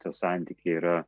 tie santykiai yra